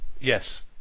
yes